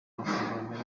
amafunguro